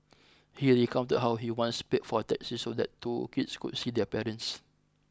he recounted how he once paid for a taxi so that two kids could see their parents